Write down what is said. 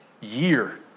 year